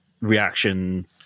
reaction